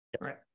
Right